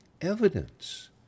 evidence